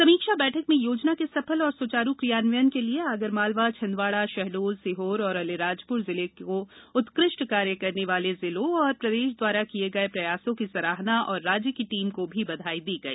समीक्षा बैठक में योजना के सफल एवं सुचारू क्रियान्वयन के लिय आगर मालवा छिंदवाड़ा शहडोल सीहोर एवं अलीराजपुर जिले कों उत्कृष्ट कार्य करने वाले जिलों एवं प्रदेश द्वारा किये गये प्रयासो की सराहना और राज्य की टीम को भी बधाई दी गई